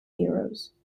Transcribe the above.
heroes